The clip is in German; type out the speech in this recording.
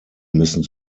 müssen